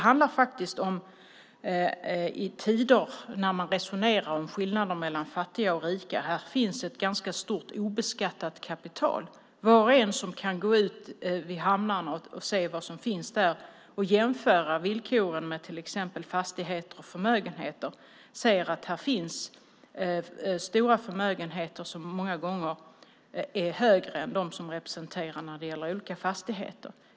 I tider när man resonerar om skillnader mellan fattiga och rika finns det här ett ganska stort obeskattat kapital. Var och en som går omkring i hamnarna kan se vad som finns där. Man kan jämföra villkoren för båtar med villkoren för till exempel fastigheter och förmögenheter. I hamnarna finns stora förmögenheter som många gånger är större än de som olika fastigheter representerar.